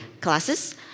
classes